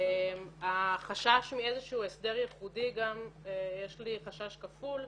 החשש מאיזשהו הסדר ייחודי יש לי חשש כפול.